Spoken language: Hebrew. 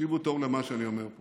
תקשיבו טוב למה שאני אומר,